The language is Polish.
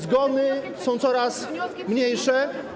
Zgony są coraz mniejsze.